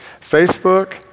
Facebook